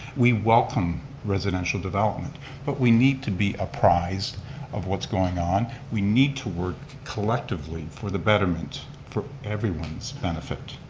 we welcome residential development but we need to be apprised of what's going on. we need to work collectively for the betterment for everyone's benefit.